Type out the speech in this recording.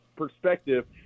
perspective